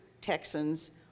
Texans